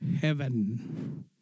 heaven